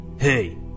Hey